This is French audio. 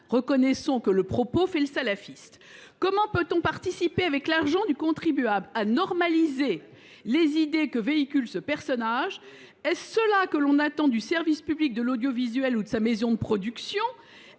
reconnaissons que le propos fait le salafiste. Comment peut on participer, avec l’argent du contribuable, à normaliser les idées que véhicule ce personnage ? Est ce bien ce que l’on attend du service public de l’audiovisuel et de ses maisons de production ?